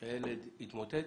שילד התמוטט